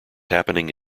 happening